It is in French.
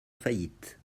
faillite